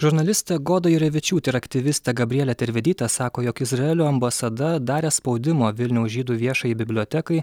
žurnalistė goda jurevičiūtė ir aktyvistė gabrielė tervidytė sako jog izraelio ambasada darė spaudimą vilniaus žydų viešajai bibliotekai